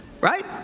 Right